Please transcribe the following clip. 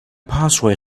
password